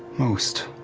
most,